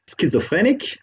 schizophrenic